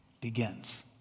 begins